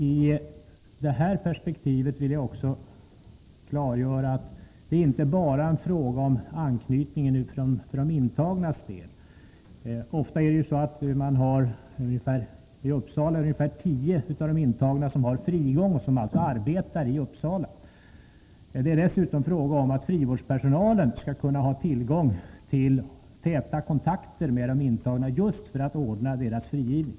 I det här perspektivet vill jag också klargöra att det inte är fråga om anknytning enbart för de intagnas del. I Uppsala har ungefär tio av de intagna frigång och arbetar alltså i Uppsala. Dessutom måste frivårdspersonalen ha möjligheter till täta kontakter med de intagna, just för att ordna deras frigivning.